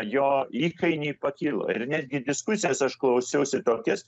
jo įkainiai pakilo ir netgi diskusijas aš klausiausi tokias